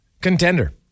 contender